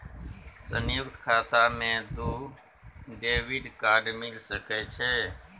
संयुक्त खाता मे दू डेबिट कार्ड मिल सके छै?